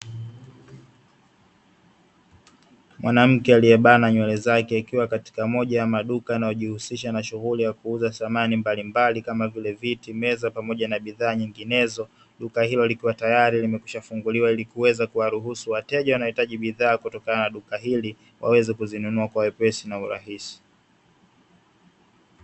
Mwanamke aliyebana nywele zake, akiwa katika moja ya maduka yanayojihusisha na shughuli ya kuuza samani mbalimbali, kama vile; viti, meza pamoja na bidhaa nyinginezo. Duka hilo likiwa tayari limekwisha funguliwa ili kuweza kuwaruhusu wateja wanaohitaji bidhaa kutokana na duka hili, waweze kuzinunua kwa wepesi na urahisi.